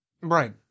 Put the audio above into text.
right